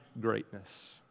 greatness